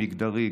מגדרי,